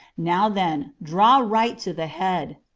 now then, draw right to the head.